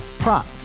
Prop